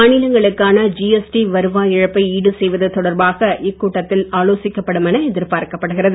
மாநிலங்களுக்கான ஜிஎஸ்டி வருவாய் இழப்பை ஈடுசெய்வது தொடர்பாக இக்கூட்டத்தில் ஆலோசிக்கப்படும் என எதிர்பார்க்கப்படுகிறது